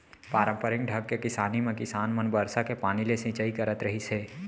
पारंपरिक ढंग के किसानी म किसान मन बरसा के पानी ले सिंचई करत रहिस हे